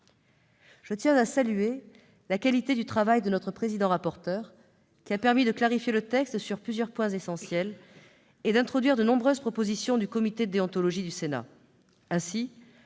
Je tiens à saluer la qualité du travail de notre président-rapporteur, qui a permis de clarifier le texte sur plusieurs points essentiels et d'introduire de nombreuses propositions du comité de déontologie du Sénat.